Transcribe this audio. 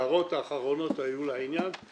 ההערות האחרונות היו לעניין,